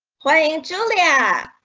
playing julia. yeah